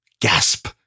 Gasp